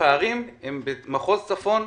הפערים הם במחוז צפון,